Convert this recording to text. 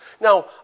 Now